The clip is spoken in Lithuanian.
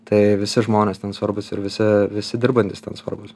tai visi žmonės ten svarbūs ir visi visi dirbantys ten svarbūs